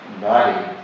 body